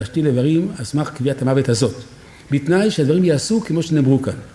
משתיל איברים על סמך קביעת המוות הזאת, בתנאי שהדברים ייעשו כמו שנאמרו כאן